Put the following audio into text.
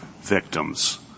victims —